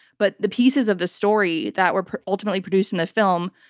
but the pieces of the story that were ultimately produced in the film,